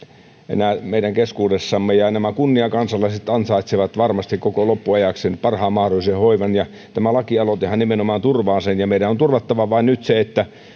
enää meidän keskuudessamme ja nämä kunniakansalaiset ansaitsevat varmasti koko loppuajakseen parhaan mahdollisen hoivan ja tämä lakialoitehan nimenomaan turvaa sen ja meidän on nyt vain turvattava se että